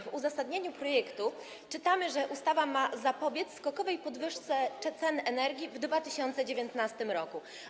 W uzasadnieniu projektu czytamy, że ustawa ma zapobiec skokowej podwyżce cen energii w 2019 r.